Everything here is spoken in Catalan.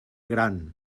gran